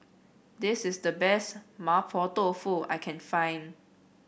this is the best Mapo Tofu I can find